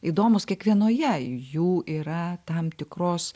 įdomus kiekvienoje jų yra tam tikros